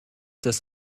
das